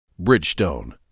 Bridgestone